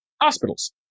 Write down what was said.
hospitals